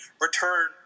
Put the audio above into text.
return